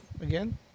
again